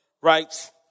writes